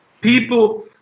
people